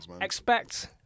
Expect